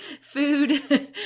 food